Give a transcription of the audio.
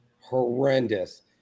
horrendous